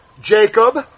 Jacob